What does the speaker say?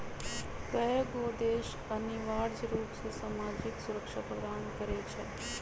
कयगो देश अनिवार्ज रूप से सामाजिक सुरक्षा प्रदान करई छै